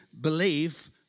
believe